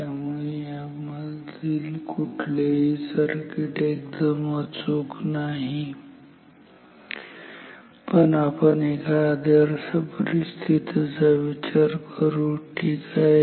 त्यामुळे यापैकी कुठलेही सर्किट एकदम अचूक नाही पण आपण एका आदर्श परिस्थितीचा विचार करू ठीक आहे